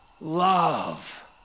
love